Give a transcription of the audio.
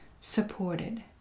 supported